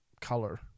color